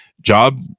job